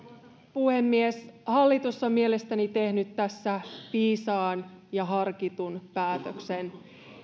puhemies hallitus on mielestäni tehnyt tässä viisaan ja harkitun päätöksen